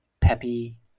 peppy